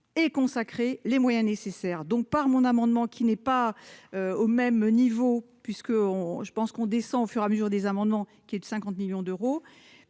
et consacrer les moyens nécessaires, donc par mon amendement qui n'est pas au même niveau puisque on je pense qu'on descend au fur et à mesure des amendements qui est de 50 millions d'euros,